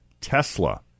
Tesla